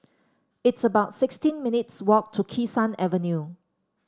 it's about sixteen minutes' walk to Kee Sun Avenue